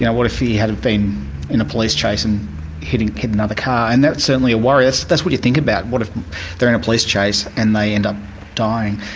you know what if he had have been in a police chase and hit and hit another car, and that's certainly a worry. so that's what you think about, what if they're in a police chase and they end up dying.